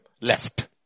left